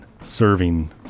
serving